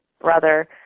brother